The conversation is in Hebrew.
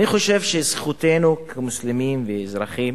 אני חושב שזכותנו כמוסלמים וכאזרחים